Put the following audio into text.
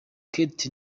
kate